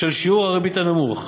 בשל שיעור הריבית הנמוך,